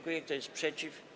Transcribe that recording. Kto jest przeciw?